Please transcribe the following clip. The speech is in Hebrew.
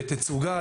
בתצוגה,